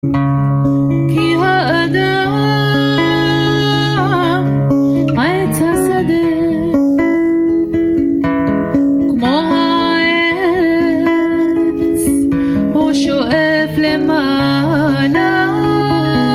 כי האדם עץ השדה, כמו העץ הוא שואף למעלה